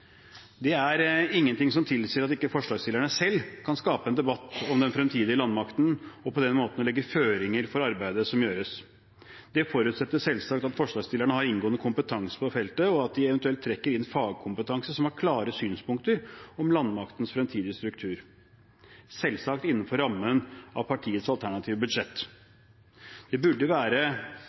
Det er ingenting som tilsier at ikke forslagsstillerne selv kan skape en debatt om den fremtidige landmakten og på den måten legge føringer for arbeidet som gjøres. Det forutsetter selvsagt at forslagsstillerne har inngående kompetanse på dette feltet, og at de eventuelt trekker inn fagkompetanse som har klare synspunkter om landmaktens fremtidige struktur, selvsagt innenfor rammen av partiets alternative budsjett. Det burde ikke være